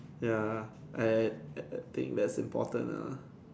ya I think that's important lor ah